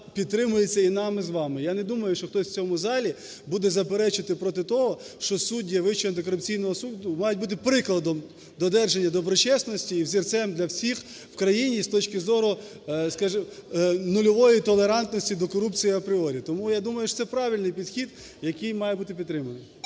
підтримується і нашим з вами. Я не думаю, що хтось в цьому залі буде заперечувати проти того, що судді Вищого антикорупційного суду мають бути прикладом додержання доброчесності і взірцем для всіх у країні з точки зору, скажімо, нульової толерантності до корупції апріорі. Тому я думаю, що це правильний підхід, який має бути підтриманий.